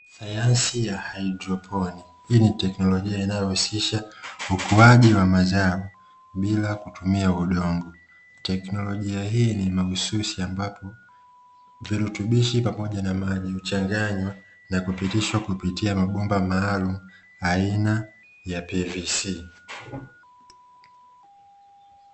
Sayansi ya haidroponi. Hii ni teknolojia inayohusisha ukuaji wa mazao bila kutumia udongo. Teknolojia hii ni mahususi ambapo virutubishi pamoja na maji huchanganywa na kupitishwa kupitia mabomba maalumu ya PVC.